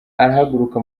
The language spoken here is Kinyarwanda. arahaguruka